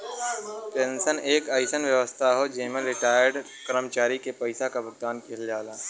pension एक अइसन व्यवस्था हौ जेमन रिटार्यड कर्मचारी के पइसा क भुगतान किहल जाला